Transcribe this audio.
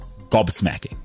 gobsmacking